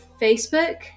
Facebook